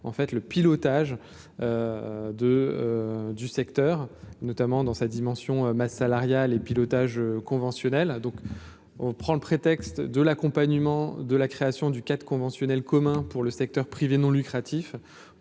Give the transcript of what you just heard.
le pilotage de du secteur, notamment dans sa dimension masse salariale et pilotage conventionnelle, donc on prend le prétexte de l'accompagnement de la création du quatre conventionnel commun pour le secteur privé non lucratif